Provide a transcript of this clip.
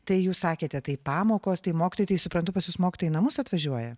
tai jūs sakėte tai pamokos tai mokytojai tai suprantu pas jus mokytojai į namus atvažiuoja